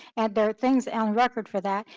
and there are things and on record for that.